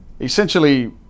essentially